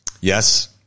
Yes